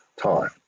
time